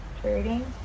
trading